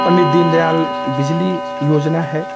पंडित दीन दयाल बिजली योजना है